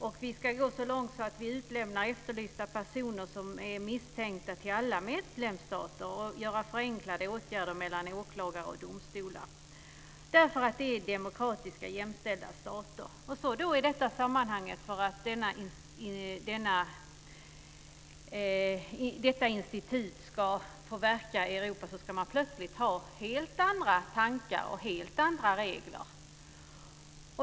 Vi ska t.o.m. gå så långt som att utlämna efterlysta misstänkta personer till alla medlemsstater och göra förenklade åtgärder mellan åklagare och domstolar, därför att det handlar om demokratiska och jämställda stater. I detta sammanhang ska man plötsligt för att detta institut ska få verka i Europa ha helt andra tankar och helt andra regler.